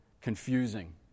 confusing